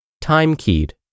Time-keyed